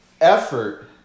effort